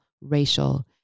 racial